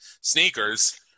sneakers